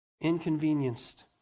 Inconvenienced